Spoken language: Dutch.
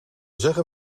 zeggen